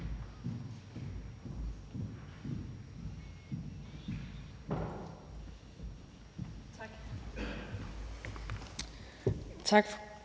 Tak